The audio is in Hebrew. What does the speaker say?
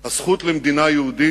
הזכות למדינה יהודית